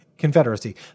Confederacy